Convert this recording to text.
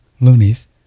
loonies